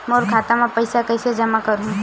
मोर खाता म पईसा कइसे जमा करहु?